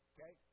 Okay